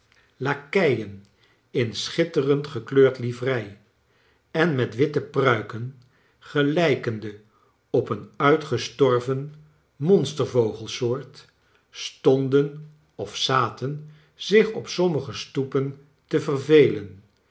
lakeien in schitterend gekleurde livrei en met witte pruiken gelijkende op een uitgestorven monster vogelsoort stonden of zaten zich op sommige stoepen te vervelen